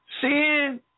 Sin